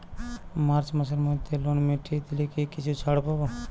March মাসের মধ্যে loan মিটিয়ে দিলে কি কিছু ছাড় পাব?